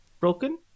broken